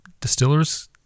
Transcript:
distiller's